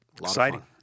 Exciting